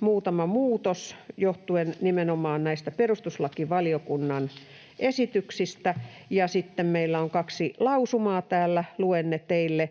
muutama muutos johtuen nimenomaan näistä perustuslakivaliokunnan esityksistä, ja sitten meillä on kaksi lausumaa täällä, luen ne teille: